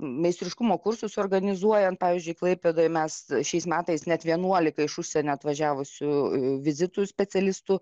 meistriškumo kursus organizuojam pavyzdžiui klaipėdoj mes šiais metais net vienuolika iš užsienio atvažiavusių vizitų specialistų